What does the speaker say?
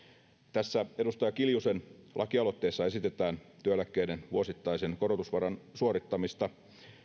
tässä edustaja kiljusen lakialoitteessa esitetään työeläkkeiden vuosittaisen korotusvaran suorittamista